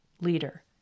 leader